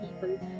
people